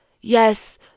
yes